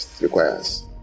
requires